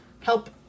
help